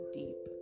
deep